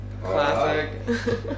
Classic